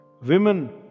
Women